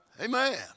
amen